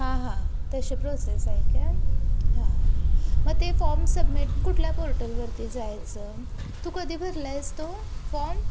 हां हां तसे प्रोसेस आहे का हां मग ते फॉर्म सबमिट कुठल्या पोर्टलवरती जायचं तू कधी भरला आहेस तो फॉम